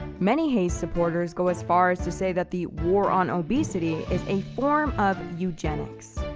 many haes supporters go as far as to say that the war on obesity is a form of eugenics,